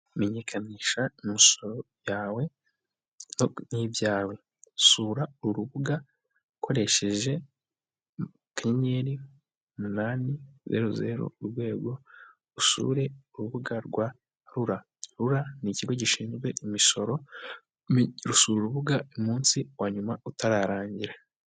Menyekanisha imisoro yawe nibyawe sura urubuga ukoresheje kannyeri munaniveruzeru urwego ushurire urubuga rwa RURA. RURA ni ikigo gishinzwe imisoro, sura urubuga umunsi wanyuma utararangira.